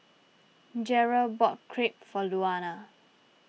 Jere bought Crepe for Luana